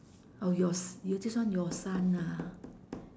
oh yours this one your son ah